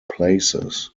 places